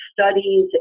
studies